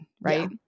right